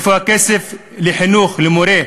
איפה הכסף לחינוך, למורה?